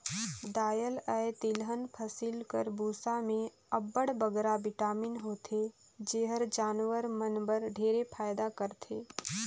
दाएल अए तिलहन फसिल कर बूसा में अब्बड़ बगरा बिटामिन होथे जेहर जानवर मन बर ढेरे फएदा करथे